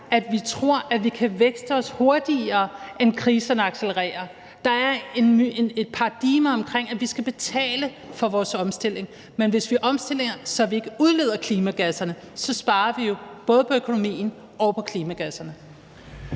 at vi tror, at vi kan vækste os hurtigere, end kriserne accelererer. Der er et paradigme omkring, at vi skal betale for vores omstilling, men hvis vi omstiller, så vi ikke udleder klimagasserne, så sparer vi jo både på økonomien og på klimagasserne.